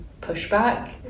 pushback